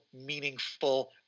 meaningful